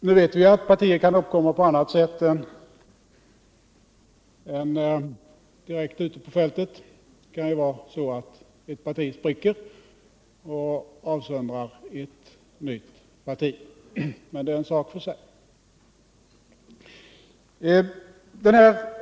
Nu vet vi att partier kan uppkomma på annat sätt än genom att bildas direkt ute på fältet; ett parti kan spricka och avsöndra ett nytt parti, men det är en sak för sig.